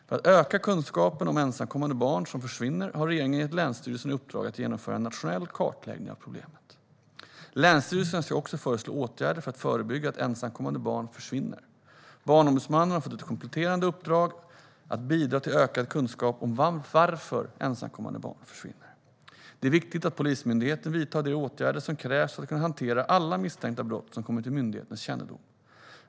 För att öka kunskapen om ensamkommande barn som försvinner har regeringen gett länsstyrelserna i uppdrag att genomföra en nationell kartläggning av problemet. Länsstyrelserna ska också föreslå åtgärder för att förebygga att ensamkommande barn försvinner. Barnombudsmannen har fått ett kompletterande uppdrag att bidra till ökad kunskap om varför ensamkommande barn försvinner. Det är viktigt att Polismyndigheten vidtar de åtgärder som krävs för att kunna hantera alla misstänkta brott som kommer till myndighetens kännedom.